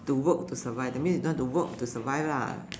to work to survive that means you don't have to work to survive lah